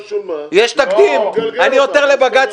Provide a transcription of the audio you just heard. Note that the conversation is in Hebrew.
מי נגד?